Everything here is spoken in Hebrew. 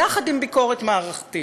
יחד עם ביקורת מערכתית.